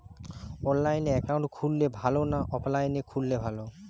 অনলাইনে একাউন্ট খুললে ভালো না অফলাইনে খুললে ভালো?